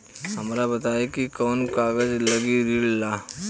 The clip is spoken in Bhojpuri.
हमरा बताई कि कौन कागज लागी ऋण ला?